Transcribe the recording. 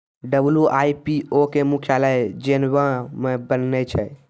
WIPO के मुख्यालय Geneva मे बनैने छै